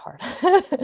hard